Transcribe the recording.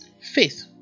Faith